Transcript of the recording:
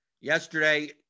yesterday